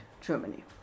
Germany